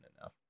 enough